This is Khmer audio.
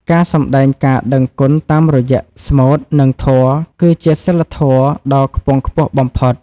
ការសម្ដែងការដឹងគុណតាមរយៈស្មូត និងធម៌ គឺជាសីលធម៌ដ៏ខ្ពង់ខ្ពស់បំផុត។